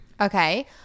Okay